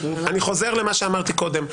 אני חוזר למה שאמרתי קודם,